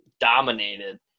dominated